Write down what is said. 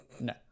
No